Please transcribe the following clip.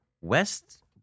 West